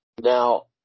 Now